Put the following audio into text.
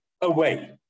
away